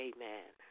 Amen